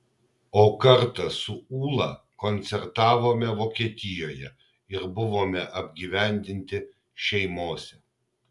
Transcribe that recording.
o kartą su ūla koncertavome vokietijoje ir buvome apgyvendinti šeimose